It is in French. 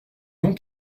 noms